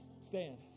stand